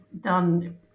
done